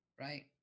right